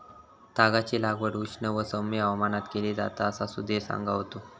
तागाची लागवड उष्ण व सौम्य हवामानात केली जाता असा सुधीर सांगा होतो